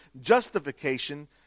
justification